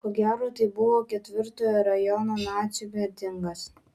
ko gero tai buvo ketvirtojo rajono nacių mitingas